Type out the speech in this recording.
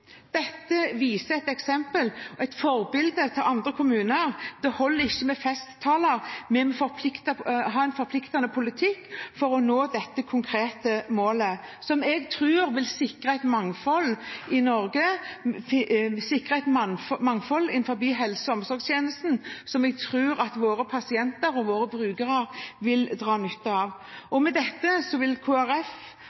Dette viser et eksempel og er et forbilde for andre kommuner. Det holder ikke med festtaler. Vi må ha en forpliktende politikk for å nå dette konkrete målet, som jeg tror vil sikre et mangfold innenfor helse- og omsorgstjenestene i Norge, som jeg tror at våre pasienter og våre brukere vil dra nytte av.